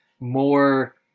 More